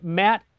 matt